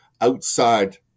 outside